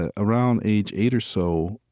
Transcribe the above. ah around age eight or so,